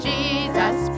Jesus